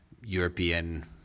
European